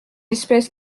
espèce